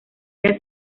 halla